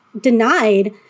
denied